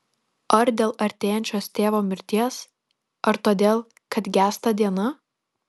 ar dėl artėjančios tėvo mirties ar todėl kad gęsta diena